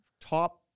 top